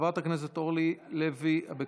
חברת הכנסת אורלי לוי אבקסיס.